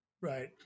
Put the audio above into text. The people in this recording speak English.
Right